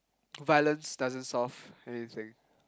violence doesn't solve anything